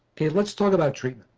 ok, let's talk about the